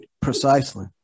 Precisely